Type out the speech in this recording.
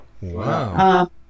Wow